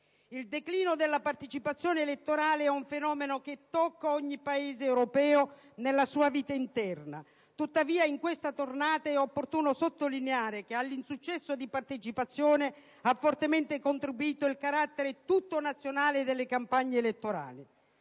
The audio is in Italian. Il declino della partecipazione elettorale è un fenomeno che tocca ogni Paese europeo nella sua vita interna, tuttavia in questa tornata è opportuno sottolineare che all'insuccesso di partecipazione ha fortemente contribuito il carattere tutto nazionale delle campagne elettorali.